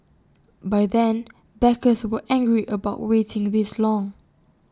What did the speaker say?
by then backers were angry about waiting this long